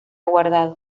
guardado